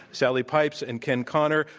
sally pipes and ken connor,